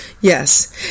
yes